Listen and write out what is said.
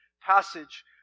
passage